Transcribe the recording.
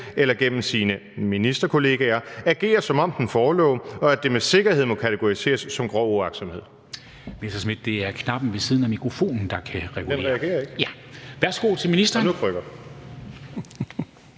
eller gennem sine ministerkollegaer – agerer, som om den forelå, og at det med sikkerhed må kategoriseres som grov uagtsomhed?